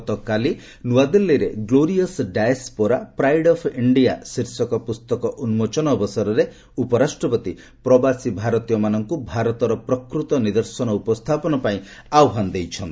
ଗତକାଲି ନୂଆଦିଲ୍ଲୀରେ glorious diaspora pride of India ଶୀର୍ଷକ ପୁସ୍ତକ ଉନ୍କୋଚନ ଅବସରରେ ଉପରାଷ୍ଟ୍ରପତି ପ୍ରବାସୀ ଭାରତୀୟମାନଙ୍କୁ ଭାରତର ପ୍ରକୃତ ନିଦର୍ଶନ ଉପସ୍ଥାପନ ପାଇଁ ଆହ୍ୱାନ ଦେଇଛନ୍ତି